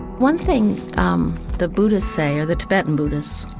one thing um the buddhists say, or the tibetan buddhists,